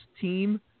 team